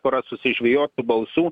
pora susižvejotų balsų